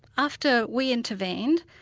after we intervened,